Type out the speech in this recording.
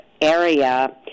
area